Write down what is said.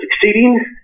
succeeding